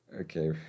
Okay